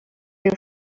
you